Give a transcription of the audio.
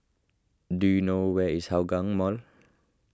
do you know where is Hougang Mall